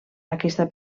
aquesta